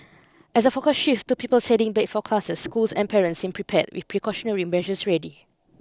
as the focus shifts to pupils heading back for classes schools and parents seem prepared with precautionary measures ready